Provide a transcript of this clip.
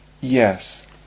Yes